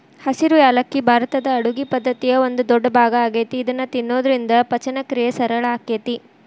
ಹಸಿರು ಯಾಲಕ್ಕಿ ಭಾರತದ ಅಡುಗಿ ಪದ್ದತಿಯ ಒಂದ ದೊಡ್ಡಭಾಗ ಆಗೇತಿ ಇದನ್ನ ತಿನ್ನೋದ್ರಿಂದ ಪಚನಕ್ರಿಯೆ ಸರಳ ಆಕ್ಕೆತಿ